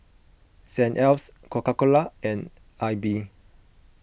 Saint Ives Coca Cola and Aibi